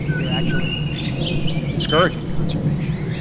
you're actually discouraging conservation,